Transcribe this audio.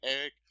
Eric